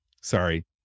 Sorry